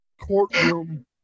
courtroom